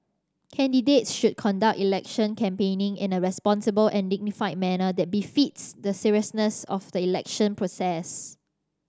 candidates should conduct election campaigning in a responsible and dignified manner that befits the seriousness of the election process